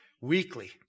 weekly